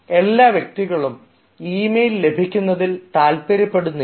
എല്ലാ വ്യക്തികളും ഈമെയിലുകൾ ലഭിക്കുന്നതിൽ താല്പര്യപ്പെടുന്നില്ല